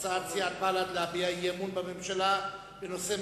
הצעת סיעת בל"ד להביע אי-אמון בממשלה בנושא: